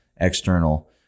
external